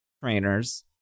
trainers